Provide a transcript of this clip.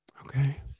Okay